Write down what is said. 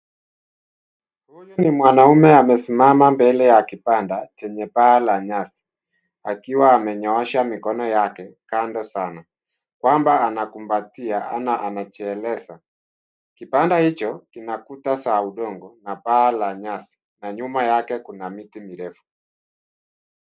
Huyu ni mwanaume amesimama mbele ya kibanda chenye paa la nyasi akiwa amenyoosha mikono yake kando sana kwamba anakumbatia ma anajieleza. Kibanda hicho kina kuta za udongo na paa la nyasi na nyuma yake kuna miti mirefu.